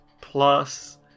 plus